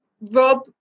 Rob